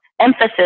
emphasis